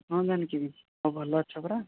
ହଁ ଜାନକୀ ବି ଭଲ ଅଛ ପରା